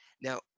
now